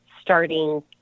starting